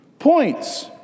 Points